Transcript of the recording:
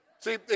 See